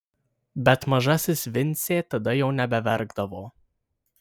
bet mažasis vincė tada jau nebeverkdavo